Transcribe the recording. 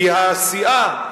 כי הסיעה,